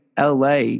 LA